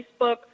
Facebook